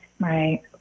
Right